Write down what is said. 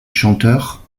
chanteur